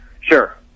Sure